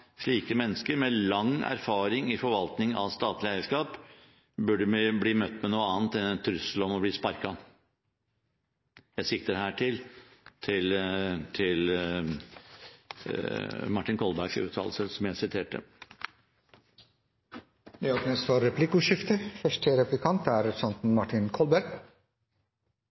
slike mennesker med lang erfaring i forvaltning av statlig eierskap burde bli møtt med noe annet enn en trussel om å bli sparket. Jeg sikter her til Martin Kolbergs uttalelse, som jeg siterte. Det åpnes for replikkordskifte.